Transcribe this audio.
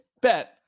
bet